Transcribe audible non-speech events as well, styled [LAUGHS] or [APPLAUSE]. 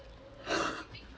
[LAUGHS]